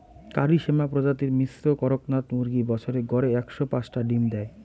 কারি শ্যামা প্রজাতির মিশ্র কড়কনাথ মুরগী বছরে গড়ে একশো পাঁচটা ডিম দ্যায়